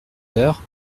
heures